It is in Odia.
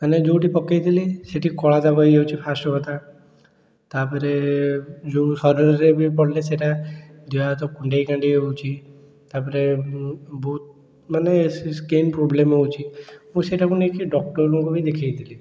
ମାନେ ଯେଉଁଠି ପକାଇଥିଲି ସେଇଠି କଳା ଦାଗ ହେଇଯାଉଛି ଫାଷ୍ଟ୍ କଥା ତା'ପରେ ଯେଉଁ ଶରୀରରେ ବି ପଡ଼ିଲେ ସେଇଟା ଦେହହାତ କୁଣ୍ଡେଇ କାଣ୍ଡେଇ ହେଉଛି ତା'ପରେ ବହୁତମାନେ ସେହି ସ୍କିନ୍ ପ୍ରୋବ୍ଲେମ୍ ହେଉଛି ମୁଁ ସେଇଟାକୁ ନେଇକି ଡକ୍ଟର୍ଙ୍କୁ ବି ଦେଖେଇଥିଲି